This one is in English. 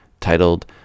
titled